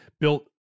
built